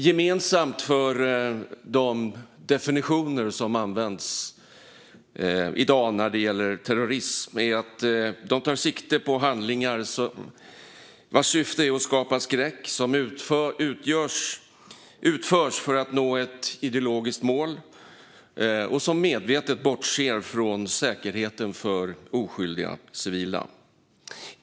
Gemensamt för de definitioner som används i dag när det gäller terrorism är att de tar sikte på handlingar som har till syfte att skapa skräck, utförs för att nå ett ideologiskt mål och medvetet bortser från säkerheten för oskyldiga civila.